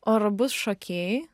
o ar bus šokėjai